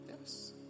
Yes